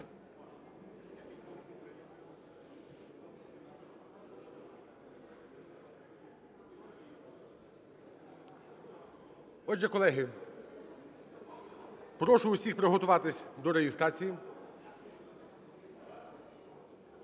Отже, колеги, прошу всіх приготуватись до реєстрації.